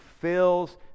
fills